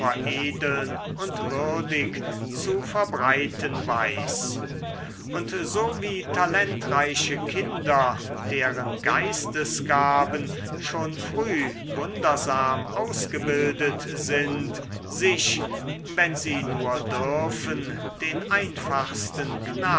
veredeln und würdig zu verbreiten weiß und so wie talentreiche kinder deren geistesgaben schon früh wundersam ausgebildet sind sich wenn sie nur dürfen den einfachsten